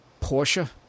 Porsche